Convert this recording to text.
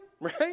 Right